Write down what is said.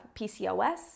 PCOS